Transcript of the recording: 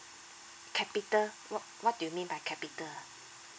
capital what what do you mean by capital ah